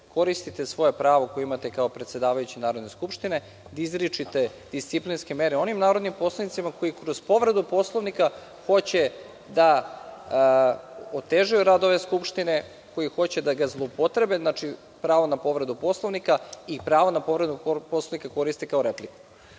koristite svoje pravo koje imate kao predsedavajući Narodne skupštine da izričete disciplinske mere onim narodnim poslanicima koji kroz povredu Poslovnika hoće da otežaju rad ove skupštine, koji hoće da ga zloupotrebe, znači pravo na povredu Poslovnika i pravo na povredu poslovnika koriste kao repliku.